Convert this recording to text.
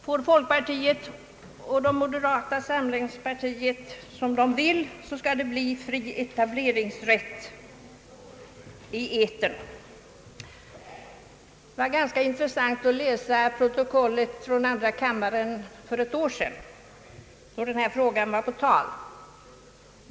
Får folkpartiet och moderata samlingspartiet som de vill, skall det bli etableringsrätt i etern. Det var ganska intressant att läsa protokollet från andra kammaren för ett år sedan då denna fråga var på tal.